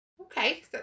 Okay